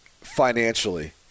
financially